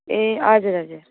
ए हजुर हजुर